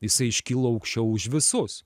jisai iškilo aukščiau už visus